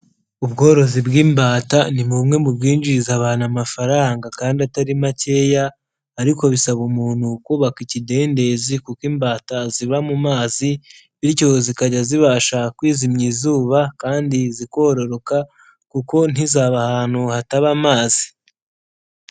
Ubworozi bw'imbata, ni bumwe mu bwinjiriza abantu amafaranga kandi atari makeya ariko bisaba umuntu kubaka ikidendezi kuko imbata ziba mu mazi bityo zikajya zibasha kwizimya izuba kandi zikororoka kuko ntizaba ahantu hataba amazi.